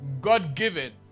god-given